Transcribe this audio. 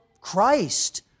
Christ